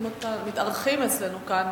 מתארחים אצלנו כאן